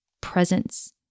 presence